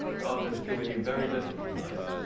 god has given you very little,